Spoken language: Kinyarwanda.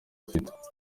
afite